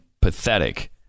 pathetic